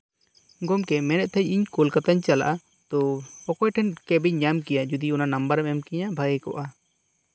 ᱜᱚᱢᱠᱮ ᱢᱮᱱᱮᱫ ᱛᱟᱦᱮᱸᱱᱤᱧ ᱠᱳᱞᱠᱟᱛᱟᱧ ᱪᱟᱞᱟᱜᱼᱟ ᱛᱚ ᱚᱠᱚᱭ ᱴᱷᱮᱱ ᱠᱮᱵᱤᱧ ᱧᱟᱢ ᱠᱟᱭᱟ ᱡᱩᱫᱤ ᱚᱱᱟ ᱱᱟᱢᱵᱟᱨᱮᱢ ᱤᱢᱟᱹᱧ ᱠᱮᱭᱟ ᱵᱷᱟᱜᱮ ᱠᱚᱜᱼᱟ